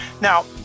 Now